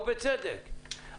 ובצדק,